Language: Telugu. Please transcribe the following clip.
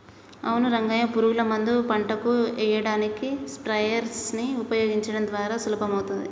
అవును రంగయ్య పురుగుల మందు పంటకు ఎయ్యడానికి స్ప్రయెర్స్ నీ ఉపయోగించడం ద్వారా సులభమవుతాది